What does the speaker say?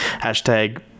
hashtag